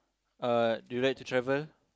uh do you like to travel